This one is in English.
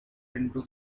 into